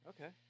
okay